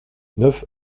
neuf